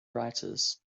writers